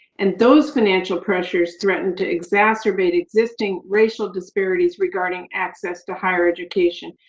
and those financial pressures threaten to exacerbate existing racial disparities regarding access to higher education.